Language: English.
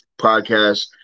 podcast